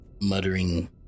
muttering